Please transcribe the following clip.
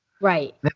Right